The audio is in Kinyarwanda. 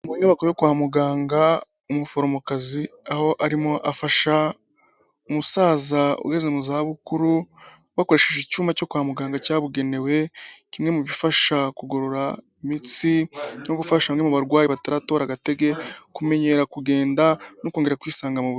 Inyubako yo kwa muganga, umuforomokazi aho arimo afasha umusaza ugeze mu za bukuru, bakoresheje icyuma cyo kwa muganga cyabugenewe, kimwe mu bifasha kugorora imitsi, no gufasha bamwe mu barwayi bataratora agatege kumenyera kugenda no kongera kwisanga mu bu...